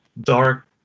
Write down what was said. dark